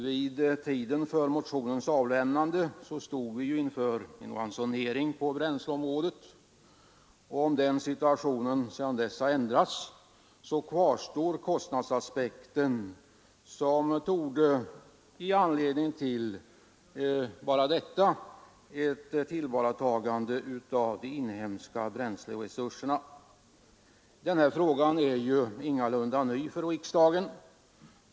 Vid tiden för motionens avlämnande stod man inför en ransonering på bränsleområdet, och även om situationen sedan dess har ändrats kvarstår kostnadsaspekten, som bara den ger anledning till ett tillvaratagande av de inhemska bränsleresurserna. Frågan är heller ingalunda ny för riksdagen.